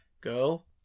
girl